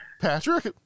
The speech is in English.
Patrick